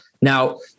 Now